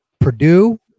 Purdue